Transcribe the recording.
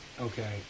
Okay